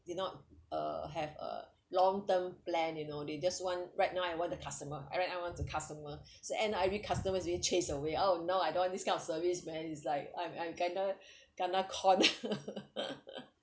did not uh have a long term plan you know they just want right now I want the customer I right now I want to customer so and end up every customers really chase away oh no I don't want this kind of service man it's like I'm I'm kena kena con